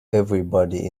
everybody